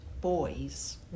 boys